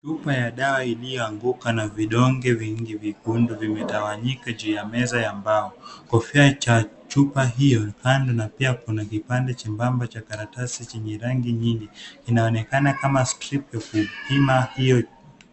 Chupa ya dawa iliyoanguka na vidonge vingi vyekundu vimetawanyika juu ya meza ya mbao. Kofia cha chupa hiyo kando na pia kuna kipande chembamba cha karatasi chenye rangi nyingi kinaonekana kama stripe ya kupima hiyo...